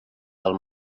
del